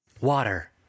Water